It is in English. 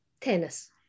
tennis